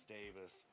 Davis